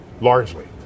largely